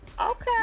Okay